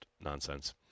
nonsense